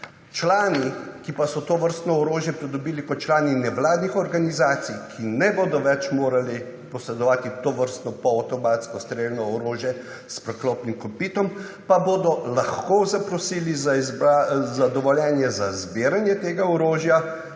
Člani, ki pa so tovrstno orožje pridobili kot člani nevladnih organizacij, ki ne bodo več mogli posedovati tovrstno polavtomatsko strelno orožje s preklopnim kopitom, pa bodo lahko zaprosili za dovoljenje za zbiranje tega orožja